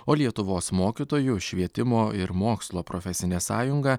o lietuvos mokytojų švietimo ir mokslo profesinė sąjunga